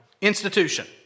institution